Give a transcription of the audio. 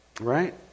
right